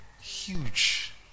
huge